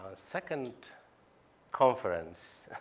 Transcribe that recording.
ah second conference,